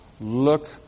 look